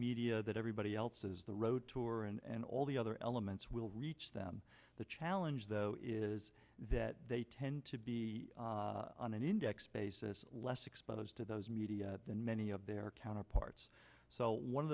media that everybody else has the road tour and all the other elements will reach them the challenge though is that they tend to be on an index basis less exposed to those media than many of their counterparts so one of